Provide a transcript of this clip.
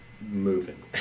moving